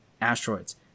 asteroids